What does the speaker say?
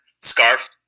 scarf